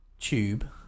tube